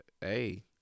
hey